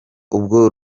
ubwo